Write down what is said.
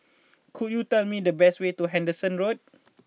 could you tell me the way to Henderson Road